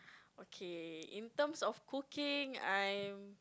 okay in terms of cooking I am